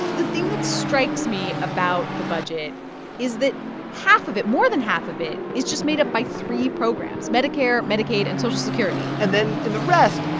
the thing that strikes me about the budget is that half of it more than half of it is just made up by three programs medicare, medicaid and social security and then, in the rest,